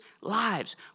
lives